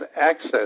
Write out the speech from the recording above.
access